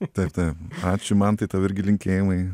taip taip ačiū mantai tau irgi linkėjimai